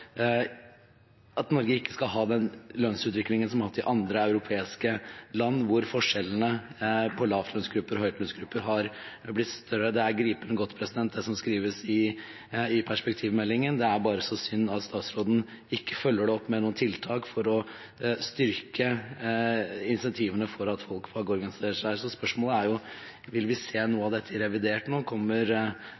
at Norge ikke skal ha den lønnsutviklingen som i en del andre europeiske land, hvor forskjellene mellom lavlønnsgrupper og høylønnsgrupper har blitt større. Det er gripende godt, det som skrives i perspektivmeldingen. Det er bare så synd at statsråden ikke følger det opp med tiltak for å styrke incentivene for at folk skal organisere seg. Spørsmålet er: Vil vi se noe